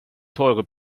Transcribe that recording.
teure